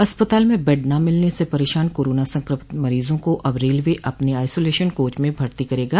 अस्पताल में बेड न मिलने से परेशान कोरोना संक्रमित मरीजों को अब रेलवे अपने आइसोलेशन कोच में भर्ती करेगा